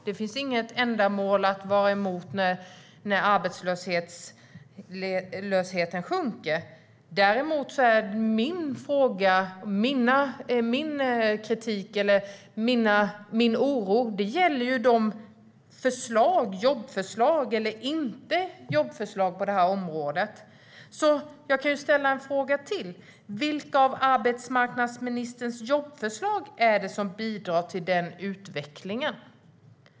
Det finns inget skäl att vara emot att arbetslösheten sjunker. Däremot gäller min kritik och min oro de jobbförslag eller icke-jobbförslag som finns på området. Jag kan ställa en fråga till: Vilka av arbetsmarknadsministerns jobbförslag är det som bidrar till denna utveckling?